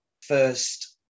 first